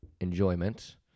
enjoyment